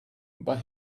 but